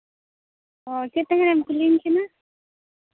ᱦᱮᱸ ᱪᱮᱫ ᱠᱩᱞᱤᱧ ᱠᱟᱱᱟ